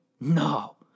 No